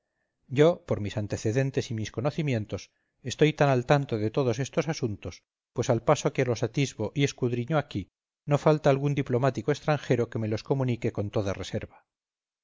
yo por mis antecedentes y mis conocimientos estoy al tanto de todos estos asuntos pues al paso que los atisbo y escudriño aquí no falta algún diplomático extranjero que me los comunique con toda reserva